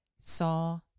saw